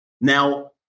Now